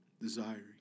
desiring